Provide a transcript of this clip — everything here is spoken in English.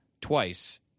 twice